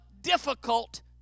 difficult